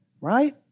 right